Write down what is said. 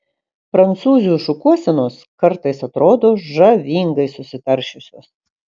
prancūzių šukuosenos kartais atrodo žavingai susitaršiusios